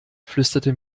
flüsterte